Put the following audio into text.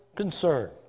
Concern